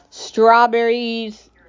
strawberries